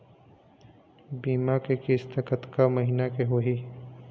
बीमा के किस्त कतका महीना के होही?